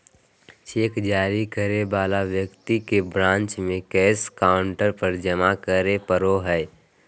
cheque जारी करे वाला व्यक्ति के ब्रांच में कैश काउंटर पर जमा करे पड़ो हइ